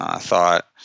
thought